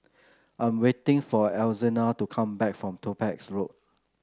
I'm waiting for Alzina to come back from Topaz Road